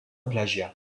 plagiat